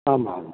ஆமாம் ஆமாம்